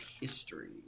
history